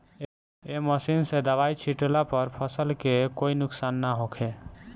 ए machine से दवाई छिटला पर फसल के कोई नुकसान ना होखे